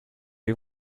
you